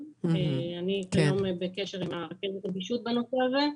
אני בקשר עם רכזת הנגישות בנושא הזה.